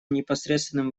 непосредственным